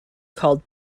called